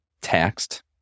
taxed